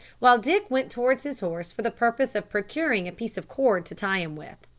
while dick went towards his horse for the purpose of procuring a piece of cord to tie him with.